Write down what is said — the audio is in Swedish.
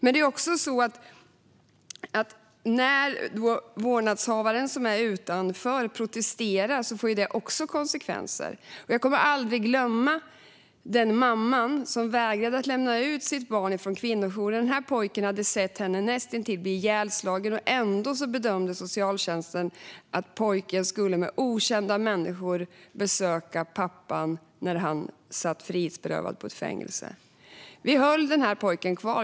När den vårdnadshavare som befinner sig utanför anstalten protesterar får det också konsekvenser. Jag kommer aldrig att glömma den mamma som vägrade lämna ut sitt barn från kvinnojouren. Pojken hade sett henne bli näst intill ihjälslagen. Ändå bedömde socialtjänsten att pojken tillsammans med okända människor skulle besöka pappan när han satt frihetsberövad i fängelse. Vi höll kvar pojken.